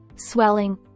Swelling